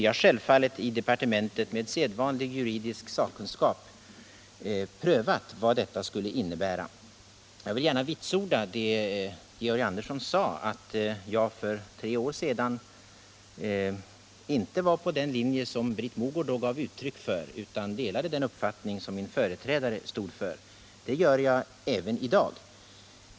I departementet, där det finns sedvanlig juridisk sakkunskap, har vi självfallet prövat vad detta skulle innebära. Jag vill gärna vitsorda vad Georg Andersson sade, att jag för tre år sedan inte var på samma linje som Britt Mogård utan delade den uppfattning som min företrädare då hade. Det gör jag också i dag.